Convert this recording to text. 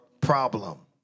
problem